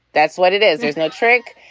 that's what it is. there's no trick.